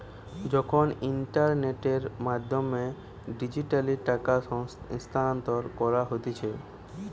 যখন ইন্টারনেটের মাধ্যমে ডিজিটালি টাকা স্থানান্তর করা হতিছে